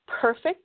Perfect